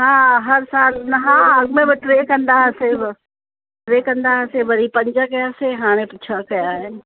हा हर साल अॻ में त टे कंदा हुआसीं टे कंदा हुआसीं वरी पंज कयासीं हाणे छह कया आहिनि